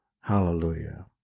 Hallelujah